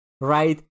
Right